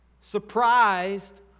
surprised